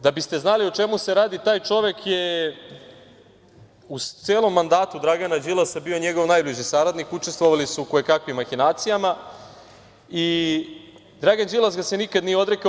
Da biste znali o čemu se radi, taj čovek je u celom mandatu Dragana Đilasa bio njegov najbliži saradnik, učestvovali su u koje-kakvim mahinacijama i Dragan Đilas ga se nikada nije odrekao.